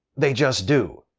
they just do.